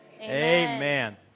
Amen